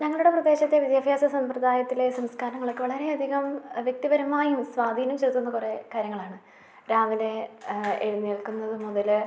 ഞങ്ങളുടെ പ്രദേശത്തെ വിദ്യാഭ്യാസ സമ്പ്രദായത്തിലെ സംസ്കാരങ്ങളൊക്കെ വളരെയധികം വ്യക്തിപരമായും സ്വാധീനം ചെലുത്തുന്ന കുറേ കാര്യങ്ങളാണ് രാവിലെ എഴുന്നേൽക്കുന്നതു മുതൽ